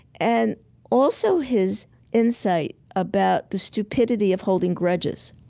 and also his insight about the stupidity of holding grudges.